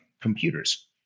computers